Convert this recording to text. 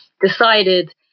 decided